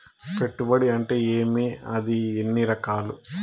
పెట్టుబడి అంటే ఏమి అది ఎన్ని రకాలు